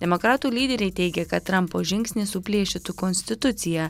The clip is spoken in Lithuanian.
demokratų lyderiai teigia kad trampo žingsnį suplėšytų konstituciją